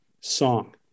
song